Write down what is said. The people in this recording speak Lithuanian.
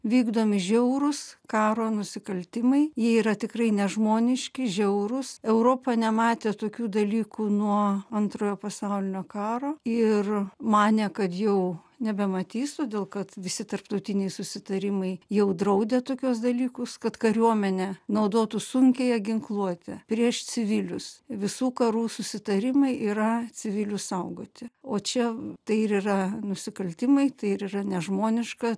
vykdomi žiaurūs karo nusikaltimai jie yra tikrai nežmoniški žiaurūs europa nematė tokių dalykų nuo antrojo pasaulinio karo ir manė kad jau nebematys todėl kad visi tarptautiniai susitarimai jau draudė tokius dalykus kad kariuomenė naudotų sunkiąją ginkluotę prieš civilius visų karų susitarimai yra civilius saugoti o čia tai ir yra nusikaltimai tai ir yra nežmoniška